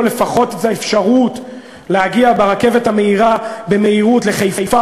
לפחות את האפשרות להגיע ברכבת המהירה במהירות לחיפה